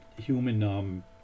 human